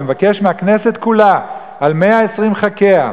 אני מבקש מהכנסת כולה, על 120 ח"כיה,